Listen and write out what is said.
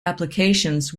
applications